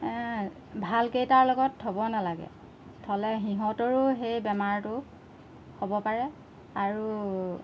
ভালকেইটাৰ লগত থ'ব নালাগে থ'লে সিহঁতৰো সেই বেমাৰটো হ'ব পাৰে আৰু